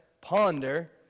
ponder